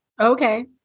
Okay